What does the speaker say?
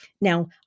Now